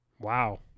Wow